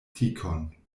tikon